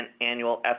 annual